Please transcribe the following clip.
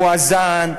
מואזן,